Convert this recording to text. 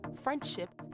friendship